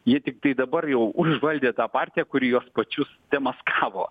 jie tiktai dabar jau užvaldė tą partiją kuri juos pačius demaskavo